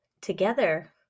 together